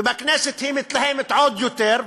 ובכנסת היא מתלהמת עוד יותר,